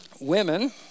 Women